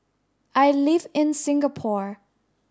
I live in Singapore